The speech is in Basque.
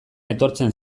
etortzen